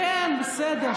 כן, בסדר.